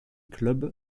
club